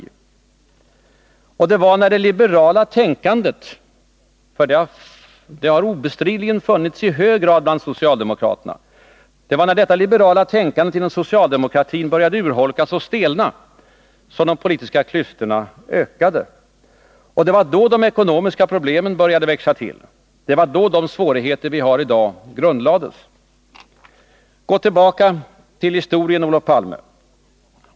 Det var när det liberala tänkandet inom socialdemokratin — för det har obestridligen funnits i hög grad bland socialdemokraterna— började urholkas och stelna som de politiska klyftorna ökade. Det var då de ekonomiska problemen började växa till. Det var då de svårigheter vi har i dag grundlades. Gå till historien, Olof Palme!